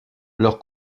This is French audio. leur